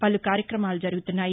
పలు కార్యక్రమాలు జరుగుతున్నాయి